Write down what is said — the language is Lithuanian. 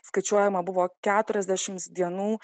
skaičiuojama buvo keturiasdešimts dienų